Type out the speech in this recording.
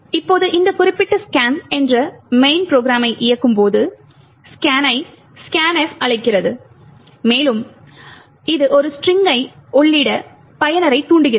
இப்போது இந்த குறிப்பிட்ட scan என்ற main ப்ரோகிராம்மை இயக்கும்போது scan ஐ scanf அழைக்கிறது மேலும் இது ஒரு ஸ்ட்ரிங்கை உள்ளிட பயனரைத் தூண்டுகிறது